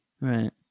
Right